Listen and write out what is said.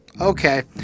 okay